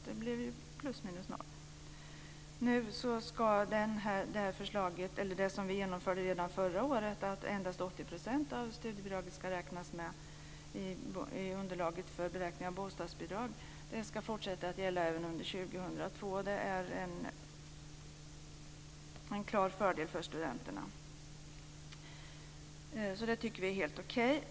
Det blir alltså plus minus noll. Nu ska det vi genomförde redan förra året, nämligen att endast 80 % av studiebidraget ska räknas med i underlaget för beräkning av bostadsbidrag, fortsätta att gälla även under 2002. Det är en klar fördel för studenterna. Det tycker vi alltså är helt okej.